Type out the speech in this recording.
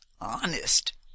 honest